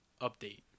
update